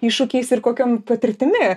iššūkiais ir kokiom patirtimi